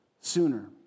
sooner